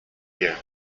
year